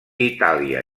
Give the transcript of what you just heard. itàlia